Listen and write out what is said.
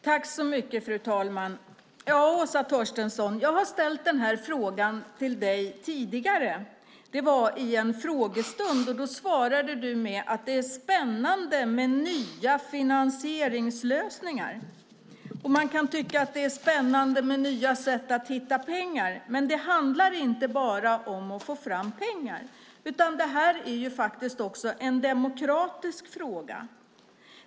Fru talman! Åsa Torstensson, jag har ställt denna fråga till dig tidigare. Det var i en frågestund, och du svarade då att det är spännande med nya finansieringslösningar. Man kan tycka att det är spännande med nya sätt att hitta pengar, men det handlar inte bara om att få fram pengar. Det här är faktiskt också en demokratisk fråga.